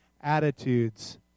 attitudes